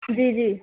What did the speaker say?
جی جی